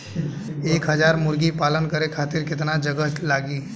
एक हज़ार मुर्गी पालन करे खातिर केतना जगह लागी?